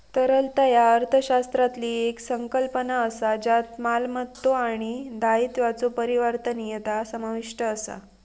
तरलता ह्या अर्थशास्त्रातली येक संकल्पना असा ज्यात मालमत्तो आणि दायित्वांचा परिवर्तनीयता समाविष्ट असा